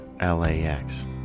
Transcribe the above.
LAX